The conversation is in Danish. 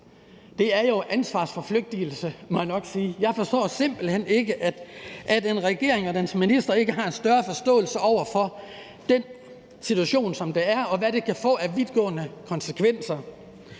Det er jo ansvarsforflygtigelse, må jeg nok sige. Jeg forstår simpelt hen ikke, at en regering og dens ministre ikke har en større forståelse for den situation, og hvad det kan få af vidtgående konsekvenser.